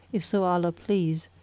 if so allah please,